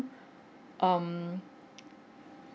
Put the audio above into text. um